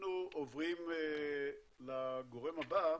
אנחנו עוברים לגורם הבא.